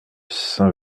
saint